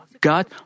God